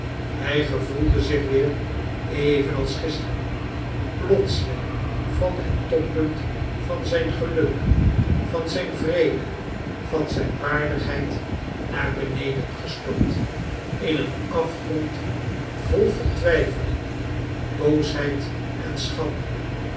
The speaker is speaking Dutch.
hij gevoelde zich weer even als gisteren plotseling van het toppunt van zijn geluk van zijn vrede van zijn waardigheid naar beneden gestort in een afgrond vol vertwijfeling boosheid en schande